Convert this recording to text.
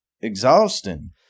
exhausting